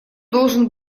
должен